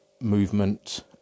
movement